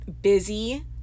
busy